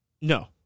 No